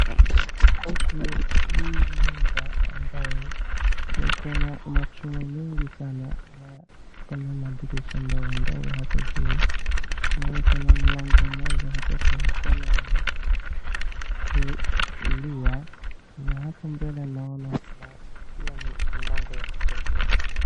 Huku hii nyumba ambaye iko na machuma mingi sana na iko na madirisha ndogo ndogo hapo juu, na iko na mlango moja hapo kwa mkono ya kulia na hapo mbele naona kuna pia mlango ya kutokea.